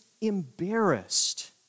embarrassed